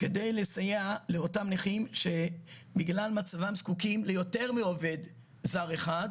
כדי לסייע לאותם נכים שבגלל מצבם זקוקים ליותר מעובד זר אחד,